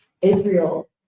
Israel